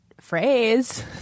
phrase